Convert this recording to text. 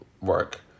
work